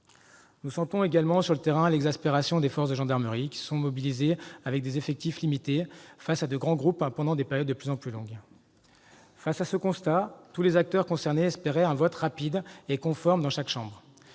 Nous sentons également sur le terrain l'exaspération des forces de gendarmerie, qui sont mobilisées avec des effectifs limités, face à de grands groupes et pendant des périodes de plus en plus longues. Devant ce constat, tous les acteurs concernés espéraient un vote rapide et conforme dans chaque chambre.